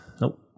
Nope